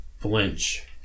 flinch